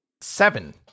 seven